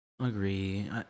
agree